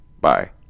Bye